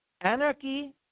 Anarchy